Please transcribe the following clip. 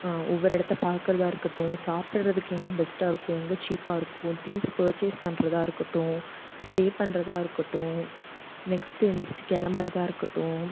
ஒவ்வொரு இடத்த பார்க்குறதா இருக்கட்டும் சாப்பிட்றதுக்கு எங்கே பெஸ்ட்டாக இருக்கும் எங்கே சீப்பாக இருக்கும் திங்ஸ் பர்ச்சேஸ் பண்ணுறதா இருக்கட்டும் ஸ்டே பண்றதா இருக்கட்டும் நெக்ஸ்ட் எந்திரிச்சு கிளம்புறதா இருக்கட்டும்